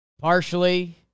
partially